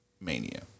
Mania